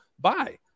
bye